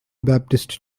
baptist